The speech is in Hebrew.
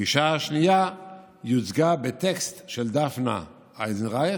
הגישה השנייה יוצגה בטקסט של דפנה איזנרייך,